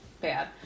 bad